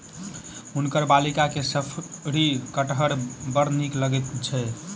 हुनकर बालिका के शफरी कटहर बड़ नीक लगैत छैन